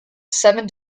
seven